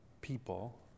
people